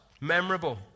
memorable